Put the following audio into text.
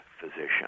physician